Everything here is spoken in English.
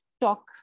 talk